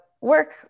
work